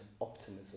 optimism